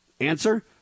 Answer